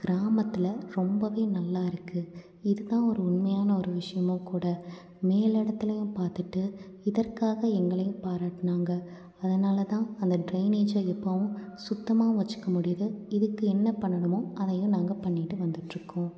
கிராமத்தில் ரொம்ப நல்லாயிருக்கு இது தான் ஒரு உண்மையான ஒரு விஷயமும் கூட மேல் இடத்துலையும் பார்த்துட்டு இதற்காக எங்களையும் பாராட்டினாங்க அதனால் தான் அந்த டிரைனேஜை எப்போவும் சுத்தமாக வச்சிக்க முடியுது இதுக்கு என்ன பண்ணனுமோ அதையும் நாங்கள் பண்ணிட்டு வந்துட்டுருக்கோம்